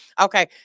okay